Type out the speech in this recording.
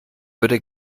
würde